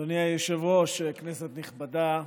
אדוני היושב-ראש, כנסת נכבדה,